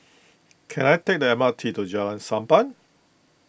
can I take the M R T to Jalan Sappan